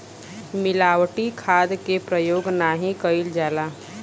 मिलावटी खाद के परयोग नाही कईल जाला